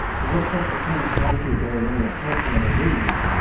but what sets the cinematography of barry lyndon apart from other movies?